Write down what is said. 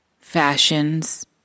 fashions